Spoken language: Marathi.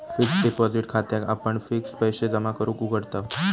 फिक्स्ड डिपॉसिट खात्याक आपण फिक्स्ड पैशे जमा करूक उघडताव